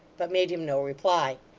but made him no reply.